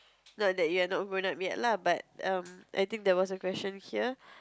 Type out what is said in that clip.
no that you're not grown up yet lah but um I think there was a question here